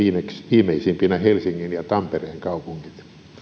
viimeisimpinä helsingin ja tampereen kaupungit